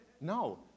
No